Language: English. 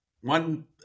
One